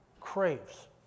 craves